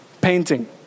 painting